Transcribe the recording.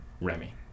Remy